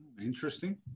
Interesting